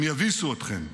הם יביסו אתכם,